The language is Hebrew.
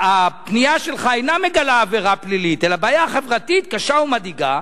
הפנייה שלך אינה מגלה עבירה פלילית אלא בעיה חברתית קשה ומדאיגה,